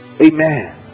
Amen